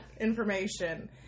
information